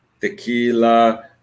tequila